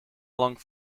long